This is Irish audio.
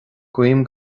guím